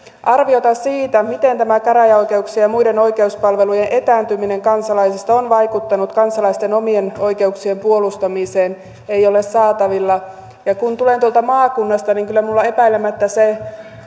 arviota siitä miten tämä käräjäoikeuksien ja muiden oikeuspalvelujen etääntyminen kansalaisista on vaikuttanut kansalaisten omien oikeuksien puolustamiseen ei ole saatavilla ja kun tulen tuolta maakunnasta kyllä minulla epäilemättä se